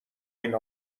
این